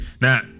Now